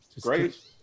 great